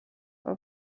her